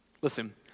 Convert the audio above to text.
Listen